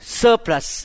surplus